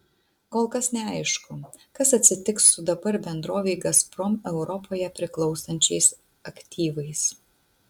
kol kas neaišku kas atsitiks su dabar bendrovei gazprom europoje priklausančiais aktyvais